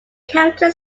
county